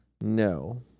No